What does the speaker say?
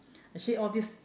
actually all these